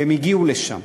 והם הגיעו לשם.